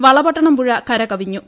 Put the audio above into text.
വളപട്ടണംപുഴ കരകവിഞ്ഞു